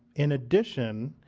in addition,